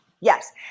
yes